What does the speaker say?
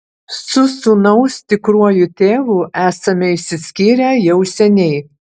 su sūnaus tikruoju tėvu esame išsiskyrę jau seniai